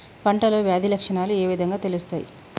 పంటలో వ్యాధి లక్షణాలు ఏ విధంగా తెలుస్తయి?